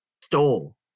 stole